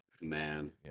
Man